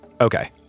Okay